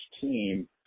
team